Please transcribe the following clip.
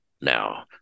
now